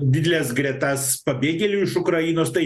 dideles gretas pabėgėlių iš ukrainos tai